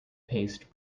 paste